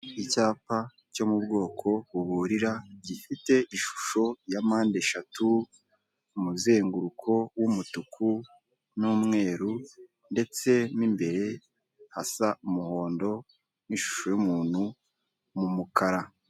Icyapa cyo mu bwoko buburira, gifite ishusho ya mpande eshatu, umuzenguruko w'umutuku n'umweru ndetse mo imbere hasa umuhondo n'ishusho y'umuntu mu mukara.